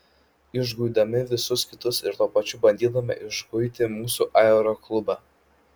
išguidami visus kitus ir tuo pačiu bandydami išguiti mūsų aeroklubą